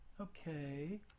Okay